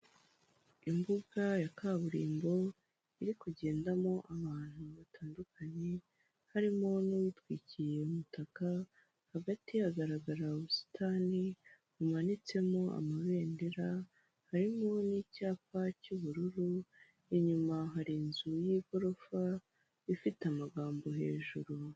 Imbuga ya kaburimbo iri kugendamo abantu batandukanye, harimo n'uwitwikiye umutaka hagati hagaragara ubusitani bumanitsemo amabendera harimo n'icyapa cy'ubururu, inyuma hari inzu y'igorofa ifite amagambo hejuru.